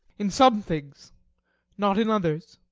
in some things not in others.